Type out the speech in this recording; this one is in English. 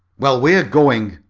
well, we're going,